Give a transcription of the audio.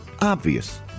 Obvious